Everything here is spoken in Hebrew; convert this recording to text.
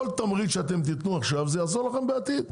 כל תמריץ שאתם תתנו עכשיו, זה יעזור לכם בעתיד.